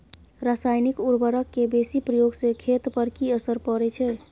रसायनिक उर्वरक के बेसी प्रयोग से खेत पर की असर परै छै?